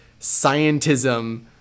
scientism